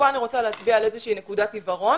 כאן אני רוצה להצביע על איזושהי נקודת עיוורון